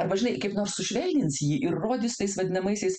arba žinai kaip nors sušvelnins jį ir rodys tais vadinamaisiais